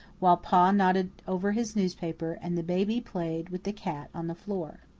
while pa nodded over his newspaper and the baby played with the cat on the floor.